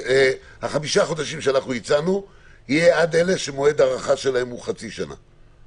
החמישה חודשים שהצענו יהיו לאלה שמועד ההארכה שלהם הוא עד חצי שנה,